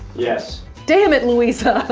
yes, damn it louisa!